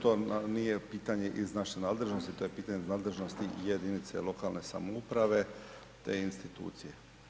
To vam nije pitanje iz naše nadležnosti to je pitanje iz nadležnosti jedinice lokalne samouprave te institucije.